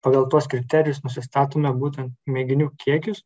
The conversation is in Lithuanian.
pagal tuos kriterijus nusistatome būtent mėginių kiekius